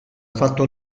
fatto